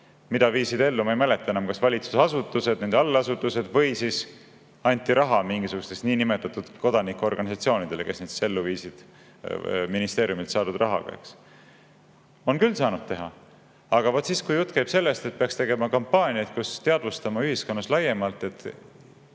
mida viisid ellu, ma ei mäleta enam, kas valitsusasutused, nende allasutused või siis anti raha mingisugustele niinimetatud kodanikuorganisatsioonidele, kes neid ellu viisid ministeeriumilt saadud rahaga? On küll saanud teha. Aga vaat siis, kui jutt käib sellest, et peaks tegema kampaaniaid, mille abil teadvustada ühiskonnas laiemalt, et